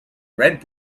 red